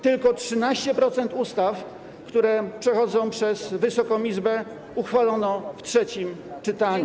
Tylko 13% ustaw, które przechodzą przez Wysoką Izbę, uchwalono w trzecim czytaniu.